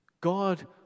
God